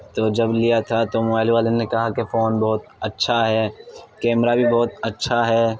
تو جب لیا تھا تو موائل والے نے کہا کہ فون بہت اچھا ہے کیمرہ بھی بہت اچھا ہے